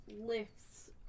Lifts